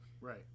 Right